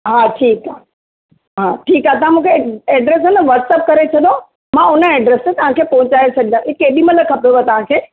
हा ठीकु आहे हा ठीकु आहे तव्हां मूंखे एड्रेस न व्हाटसप करे छॾियो मां उन एड्रेस ते तव्हांखे पहुचाए छॾींदा केॾीमहिल खपेव तव्हांखे